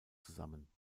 zusammen